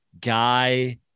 guy